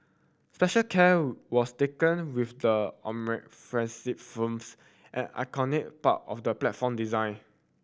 special care was taken with the firms an iconic part of the platform design